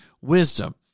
wisdom